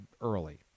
early